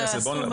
חברי הכנסת,